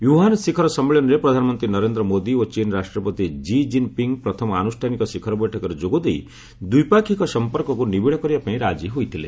Wuhan ଶିଖର ସମ୍ମିଳନୀରେ ପ୍ରଧାନମନ୍ତ୍ରୀ ନରେନ୍ଦ୍ର ମୋଦୀ ଓ ଚୀନ ରାଷ୍ଟ୍ରପତି ଜି ଜିନ୍ ପିଙ୍ଗ୍ ପ୍ରଥମ ଆନୁଷ୍ଠାନିକ ଶିଖର ବୈଠକରେ ଯୋଗଦେଇ ଦ୍ୱିପାକ୍ଷିକ ସମ୍ପର୍କକୁ ନିବିଡ କରିବା ପାଇଁ ରାଜି ହୋଇଥିଲେ